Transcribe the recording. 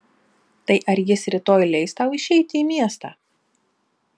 tai ar jis rytoj leis tau išeiti į miestą